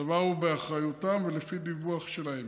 הדבר הוא באחריותן ולפי דיווח שלהן.